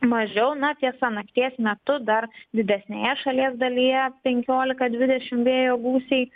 mažiau na tiesa nakties metu dar didesnėje šalies dalyje penkiolika dvidešimt vėjo gūsiai